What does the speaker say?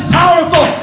powerful